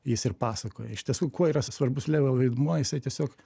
jis ir pasakoja iš tiesų kuo yra svarbus vaidmuo jisai tiesiog